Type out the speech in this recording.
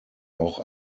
auch